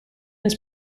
his